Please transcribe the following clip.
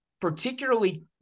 particularly